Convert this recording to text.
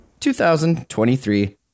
2023